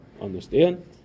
understand